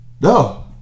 no